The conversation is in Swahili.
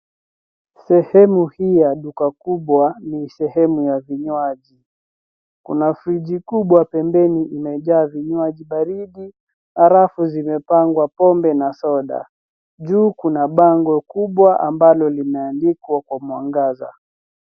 Sehemu hii ya duka kubwa ni sehemu ya vinywaji. Kuna friji kubwa pembeni imejaa vinywaji baridi na rafu zimepangwa pombe na soda. Juu kuna bango kubwa ambalo limeandikwa kwa mwangaza.